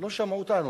לא שמעו אותנו,